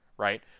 right